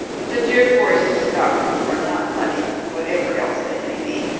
but the deer forests of scotland are not muddy, whatever else they may be,